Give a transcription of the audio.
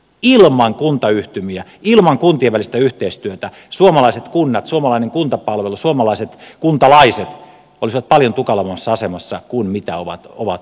ilman kuntayhtymiä ilman kuntien välistä yhteistyötä suomalaiset kunnat suomalainen kuntapalvelu suomalaiset kuntalaiset olisivat paljon tukalammassa asemassa kuin ovat nyt olleet